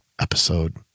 episode